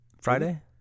Friday